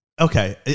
Okay